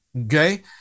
Okay